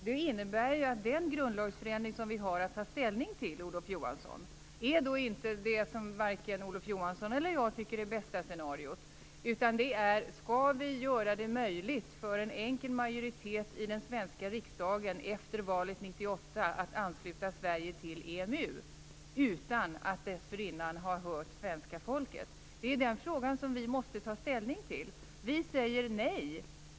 Det innebär att den grundlagsändring som vi har att ta ställning till inte är den som vare sig Olof Johansson eller jag tycker är det bästa scenariot, utan vad det gäller är om vi skall göra det möjligt för en enkel majoritet i den svenska riksdagen att efter valet 1998 ansluta Sverige till EMU utan att dessförinnan ha hört svenska folket. Det är den fråga som man måste ta ställning till. Vi säger nej.